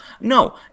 No